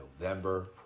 November